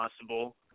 possible